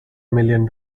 million